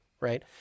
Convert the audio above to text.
right